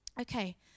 Okay